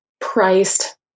priced